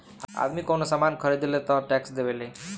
आदमी कवनो सामान ख़रीदेला तऽ टैक्स देवेला